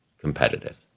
competitive